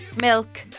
milk